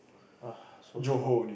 uh so far